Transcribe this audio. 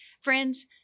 Friends